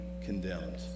condemned